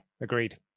agreed